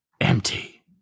empty